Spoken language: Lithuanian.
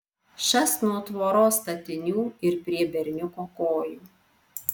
šast nuo tvoros statinių ir prie berniuko kojų